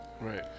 Right